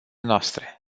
noastre